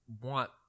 want